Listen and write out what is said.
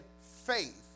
faith